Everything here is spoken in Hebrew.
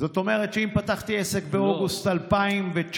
זאת אומרת שאם פתחתי עסק באוגוסט 2019,